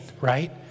right